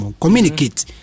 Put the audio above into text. communicate